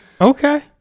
okay